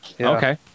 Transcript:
Okay